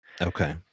okay